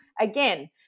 again